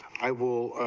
i will,